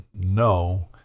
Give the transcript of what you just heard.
no